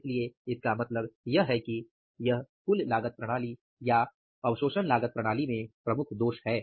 इसलिए इसका मतलब है कि यह कुल लागत प्रणाली या अवशोषण लागत प्रणाली में प्रमुख दोष है